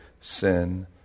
sin